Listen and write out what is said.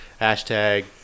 hashtag